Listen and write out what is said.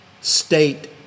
state